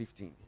15